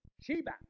Sheba